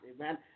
amen